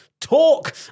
talk